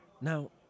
Now